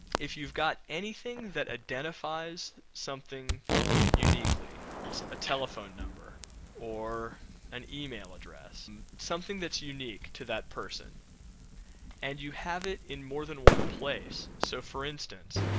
if you've got anything that identifies something uniquely a telephone number or an email address and something that's unique to that person and you have it in more than one place, so for instance,